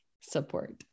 support